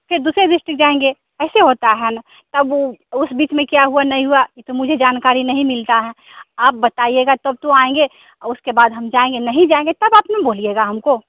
फिर दूसरे डीस्ट्रिक्ट जाएँगे ऐसे होता है न अब उस बीच में क्या हुआ नहीं हुआ ये तो मुझे जानकारी नहीं मिलता आप बताइएगा तब तो आएँगे उसके बाद हम जाएँगे नहीं जाएँगे तब आप न बोलिएगा हमको